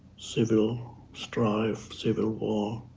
civil strife, civil war,